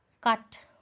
cut